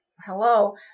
hello